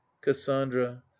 cassandra